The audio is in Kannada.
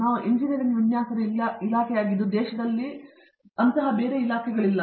ನಾವು ಎಂಜಿನಿಯರಿಂಗ್ ವಿನ್ಯಾಸದ ಇಲಾಖೆಯಾಗಿದ್ದು ದೇಶದಲ್ಲಿ ಅಂತಹ ಇಲಾಖೆಗಳಿಲ್ಲ